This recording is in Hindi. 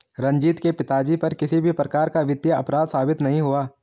रंजीत के पिताजी पर किसी भी प्रकार का वित्तीय अपराध साबित नहीं हुआ